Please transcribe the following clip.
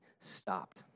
stopped